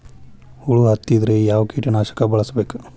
ಹುಳು ಹತ್ತಿದ್ರೆ ಯಾವ ಕೇಟನಾಶಕ ಬಳಸಬೇಕ?